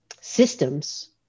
systems